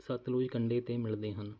ਸਤਲੁਜ ਕੰਢੇ 'ਤੇ ਮਿਲਦੇ ਹਨ